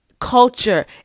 culture